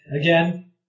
again